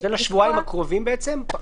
זה לשבועיים הקרובים בעצם?